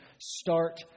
start